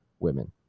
women